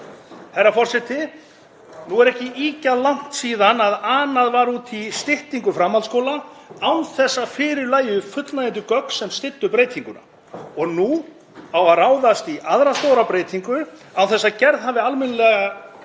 Herra forseti. Nú er ekki ýkja langt síðan að anað var út í styttingu framhaldsskóla án þess að fyrir lægju fullnægjandi gögn sem styddu breytinguna. Nú á að ráðast í aðra stóra breytingu án þess að gerð hafi verið almennileg